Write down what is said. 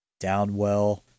Downwell